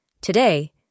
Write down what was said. Today